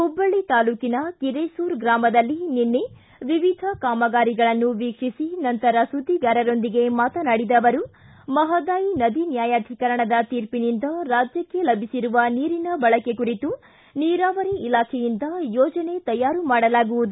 ಹುಬ್ಬಳ್ಳಿ ತಾಲೂಕಿನ ಕಿರೇಸೂರು ಗ್ರಾಮದಲ್ಲಿ ನಿನ್ನೆ ವಿವಿಧ ಕಾಮಗಾರಿಗಳನ್ನು ವಿಕ್ಷೀಸಿ ನಂತರ ಸುದ್ದಿಗಾರರೊಂದಿಗೆ ಮಾತನಾಡಿದ ಅವರು ಮಪದಾಯಿ ನದಿ ನ್ಯಾಯಾಧೀಕರಣದ ತೀರ್ಪಿನಿಂದ ರಾಜ್ಯಕ್ಕೆ ಲಭಿಸಿರುವ ನೀರಿನ ಬಳಕೆ ಕುರಿತು ನೀರಾವರಿ ಇಲಾಖೆಯಿಂದ ಯೋಜನೆ ತಯಾರು ಮಾಡಲಾಗುವುದು